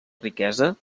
riquesa